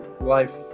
life